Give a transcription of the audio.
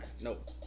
Nope